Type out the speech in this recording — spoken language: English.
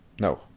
no